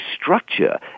structure